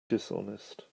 dishonest